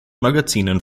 magazinen